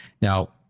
Now